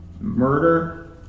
murder